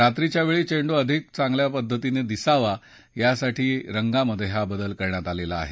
रात्रीच्या वेळी चेंडू अधिक चांगल्या पद्धतीनं दिसावा यासाठी रंगात बदल केला आहे